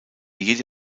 jede